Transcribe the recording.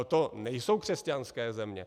To nejsou křesťanské země.